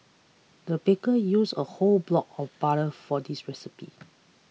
the baker used a whole block of butter for this recipe